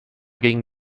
gegen